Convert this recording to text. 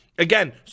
Again